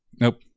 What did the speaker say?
Nope